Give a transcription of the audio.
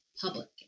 public